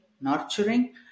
nurturing